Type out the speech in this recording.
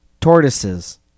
Tortoises